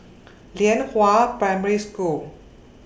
Lianhua Primary School